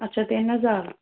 ਅੱਛਾ ਤਿੰਨ ਹਜ਼ਾਰ